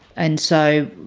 and so,